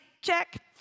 check